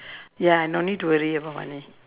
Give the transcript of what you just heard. ya no need to worry about money